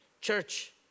Church